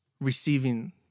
receiving